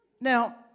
Now